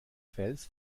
fels